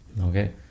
okay